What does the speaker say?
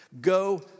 Go